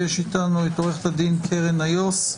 ויש איתנו את עו"ד קרן איוס,